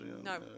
no